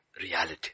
reality